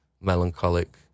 melancholic